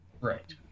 Right